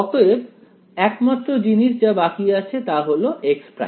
অতএব একমাত্র জিনিস যা বাকি আছে তা হল x'